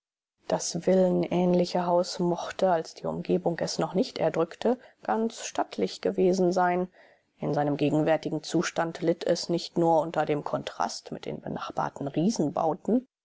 das villenähnliche haus mochte als die umgebung es noch nicht erdrückte ganz stattlich gewesen sein in seinem gegenwärtigen zustand litt es nicht nur unter dem kontrast mit den benachbarten